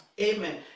Amen